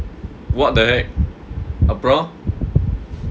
what the heck அப்றம்:apram